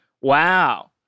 Wow